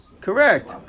Correct